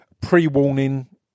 Pre-warning